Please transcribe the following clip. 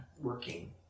working